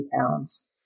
pounds